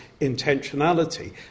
intentionality